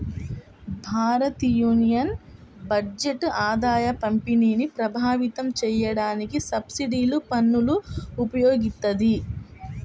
భారతయూనియన్ బడ్జెట్ ఆదాయపంపిణీని ప్రభావితం చేయడానికి సబ్సిడీలు, పన్నులను ఉపయోగిత్తది